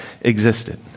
existed